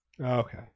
Okay